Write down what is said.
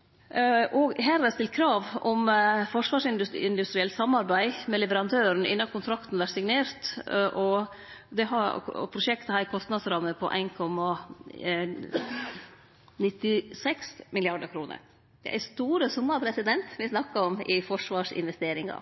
har i dag. Det er stilt krav om forsvarsindustrielt samarbeid med leverandøren innan kontrakten vert signert, og prosjektet har ei kostnadsramme på 1,96 mrd. kr. Det er store summar me snakkar om i forsvarsinvesteringar.